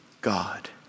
God